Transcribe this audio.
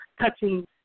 touching